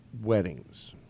weddings